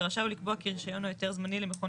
ורשאי הוא לקבוע כי רישיון או היתר זמני למכון